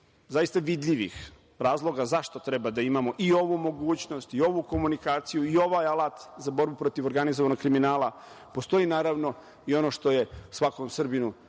zaista vidljivih razloga zašto treba da imamo i ovu mogućnost i ovu komunikaciju i ovaj alat za borbu protiv organizovanog kriminala, postoji i ono što je svakom Srbinu